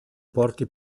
porti